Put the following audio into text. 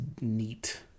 neat